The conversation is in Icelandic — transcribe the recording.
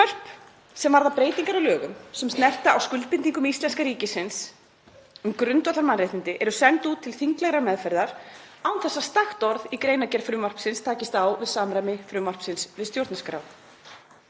Frumvörp sem varða breytingar á lögum sem snerta á skuldbindingum íslenska ríkisins um grundvallarmannréttindi eru send út til þinglegrar meðferðar án þess að stakt orð í greinargerð frumvarpanna takist á við samræmi þeirra við stjórnarskrá.